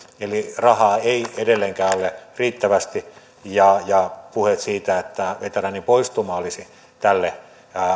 eli rahaa ei edelleenkään ole riittävästi ja ja puheet siitä että veteraanien poistuma olisi tälle